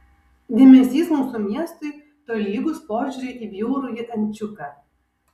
dėmesys mūsų miestui tolygus požiūriui į bjaurųjį ančiuką